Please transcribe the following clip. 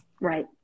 Right